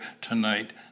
tonight